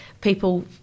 people